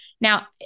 Now